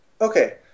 okay